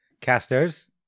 Casters